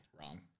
Wrong